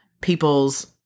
people's